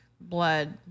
blood